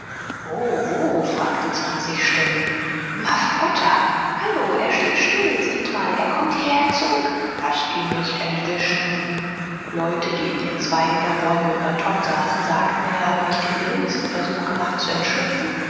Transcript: fragten zwanzig stimmen muff potter hallo er steht still seht mal er kommt hierher zurück laßt ihn nicht entwischen leute die in den zweigen der bäume über tom saßen sagten er habe nicht den geringsten versuch gemacht zu entschlüpfen